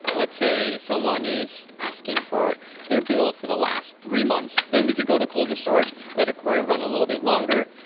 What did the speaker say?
ah let's say someone is asking for their bill for the last three months, then we could go to colder storage, let a query run a little bit longer.